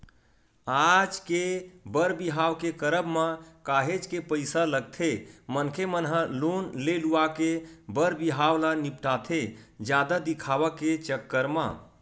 आज के बर बिहाव के करब म काहेच के पइसा लगथे मनखे मन ह लोन ले लुवा के बर बिहाव ल निपटाथे जादा दिखावा के चक्कर म